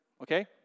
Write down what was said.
Okay